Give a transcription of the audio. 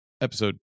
episode